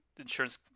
insurance